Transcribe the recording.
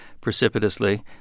precipitously